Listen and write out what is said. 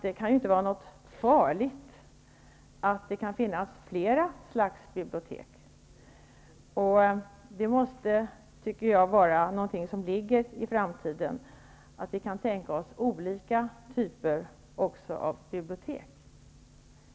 Det kan ju inte vara något farligt att det finns flera slags bibliotek. Att man kan tänka sig olika typer av bibliotek måste vara något som ligger i framtiden.